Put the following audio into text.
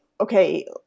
okay